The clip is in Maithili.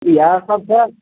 इएह सब छै